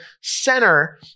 center